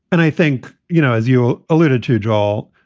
and i think, you know, as you alluded to, joel,